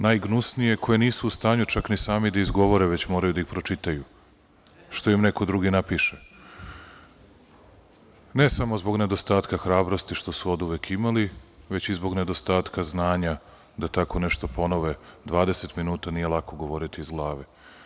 Najgnusnije, koje nisu u stanju čak ni da izgovore, već moraju da ih pročitaju što im neko drugi napiše, ne samo zbog nedostatka hrabrosti što su oduvek imali, već i zbog nedostatka znanja da tako nešto ponove, 20 minuta nije lako govoriti iz glave.